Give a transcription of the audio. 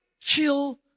kill